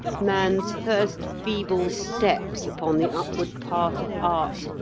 man's first feeble steps upon the upward path of art,